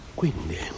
quindi